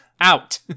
out